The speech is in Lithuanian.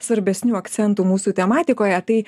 svarbesnių akcentų mūsų tematikoje tai